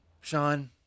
Sean